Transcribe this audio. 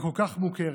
וכל כך מוכרת.